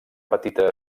petita